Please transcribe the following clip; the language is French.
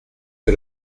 que